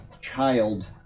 child